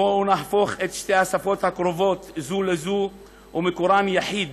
בואו נהפוך את שתי השפות הקרובות זו לזו ומקורן יחיד